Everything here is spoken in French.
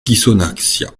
ghisonaccia